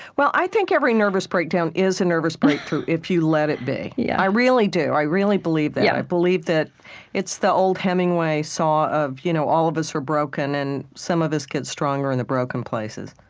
well, i think every nervous breakdown is a nervous breakthrough, if you let it be. yeah i really do. i really believe that. yeah i believe that it's the old hemingway saw of you know all of us are broken, and some of us get stronger in the broken places.